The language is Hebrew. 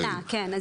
או שנה, כן.